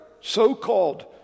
so-called